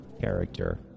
character